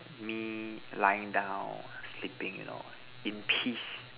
me lying down sleeping you know in peace